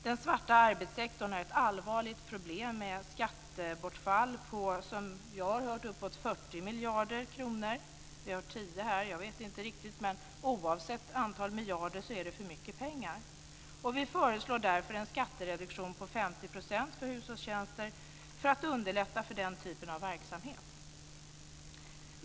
Den svarta arbetssektorn är ett allvarligt problem med ett skattebortfall på, som jag har hört, uppåt 40 miljarder kronor. Vi har här hört att det handlar om 10 miljarder. Men oavsett hur många miljarder det handlar om så är det för mycket pengar. Vi föreslår därför en skattereduktion på 50 % för hushållstjänster för att underlätta för den typen av verksamhet.